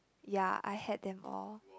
yeah I had them all